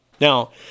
Now